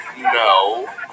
no